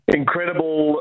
incredible